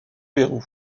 pérou